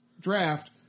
draft